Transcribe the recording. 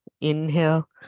Inhale